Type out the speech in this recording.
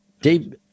Dave